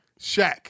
Shaq